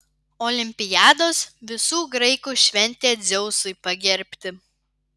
olimpiados visų graikų šventė dzeusui pagerbti